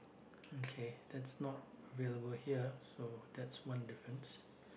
okay that's not available here so that's one difference